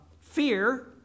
Fear